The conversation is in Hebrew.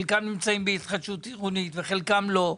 חלקם נמצאים בהתחדשות עירונית, חלקם לא נמצאים.